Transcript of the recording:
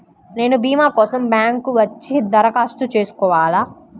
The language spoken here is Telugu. నేను భీమా కోసం బ్యాంక్కి వచ్చి దరఖాస్తు చేసుకోవాలా?